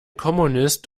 kommunist